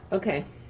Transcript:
okay.